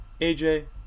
AJ